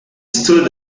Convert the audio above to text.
stood